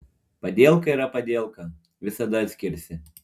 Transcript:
padielka yra padielka visada atskirsi